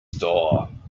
door